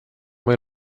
oma